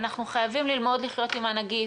אנחנו חייבים ללמוד לחיות עם הנגיף.